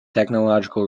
technological